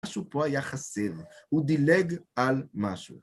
משהו פה היה חסר, הוא דילג על משהו.